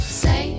say